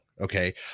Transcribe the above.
Okay